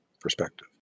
perspective